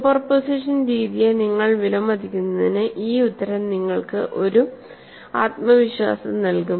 superposition രീതിയെ നിങ്ങൾ വിലമതിക്കുന്നതിന് ഈ ഉത്തരം നിങ്ങൾക്ക് ഒരുതരം ആത്മവിശ്വാസം നൽകും